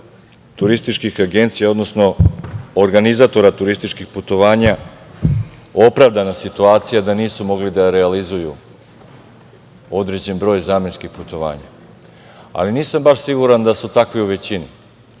turističkih agencija, odnosno organizatora turističkih putovanja opravdana situacija da nisu mogli da realizuju određen broj zamenskih putovanja, ali nisam baš sigurna da su takvi u većini.